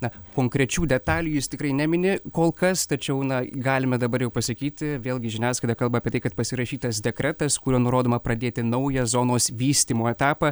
na konkrečių detalių jis tikrai nemini kol kas tačiau na galime dabar jau pasakyti vėlgi žiniasklaida kalba apie tai kad pasirašytas dekretas kuriuo nurodoma pradėti naują zonos vystymo etapą